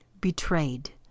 betrayed